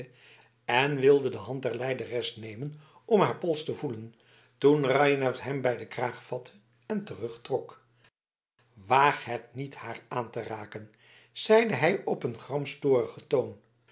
en wilde de hand der lijderes nemen om haar pols te voelen toen reinout hem bij den kraag vatte en terugtrok waag het niet haar aan te raken zeide hij op een gramstorigen toon